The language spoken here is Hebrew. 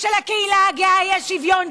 זה מה שהוא רוצה.